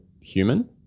human